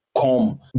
come